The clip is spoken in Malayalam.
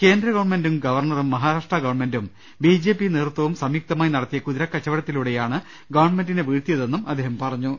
കേന്ദ്ര ഗവൺമെന്റും ഗവർണറും മഹാരാഷ്ട്ര ഗവൺമെന്റും ബി ജെ പി നേതൃത്വവും സംയുക്തമായി നടത്തിയ കുതിര കച്ചവടത്തിലൂടെയാണ് ഗവൺമെ ന്റിനെ വീഴ്ത്തിയതെന്നും അദ്ദേഹം പറഞ്ഞു